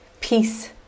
peace